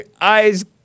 eyes